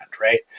right